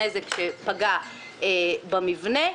שהוא נזק שפגע במבנה,